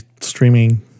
streaming